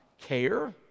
care